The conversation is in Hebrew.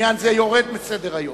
עניין זה יורד מסדר-היום.